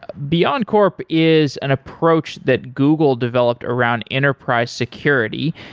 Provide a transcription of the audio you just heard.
ah beyondcorp is an approach that google developed around enterprise security.